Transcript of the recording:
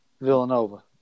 Villanova